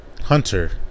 hunter